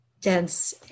dense